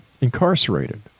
incarcerated